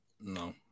No